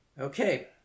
okay